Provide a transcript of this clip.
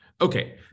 Okay